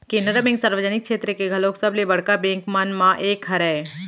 Canara bank सार्वजनिक छेत्र के घलोक सबले बड़का बेंक मन म एक हरय